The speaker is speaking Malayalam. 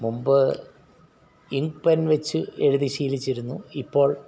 മുമ്പ് ഇങ്ക് പെൻ വെച്ച് എഴുതി ശീലിച്ചിരുന്നു ഇപ്പോൾ